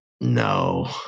No